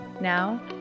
Now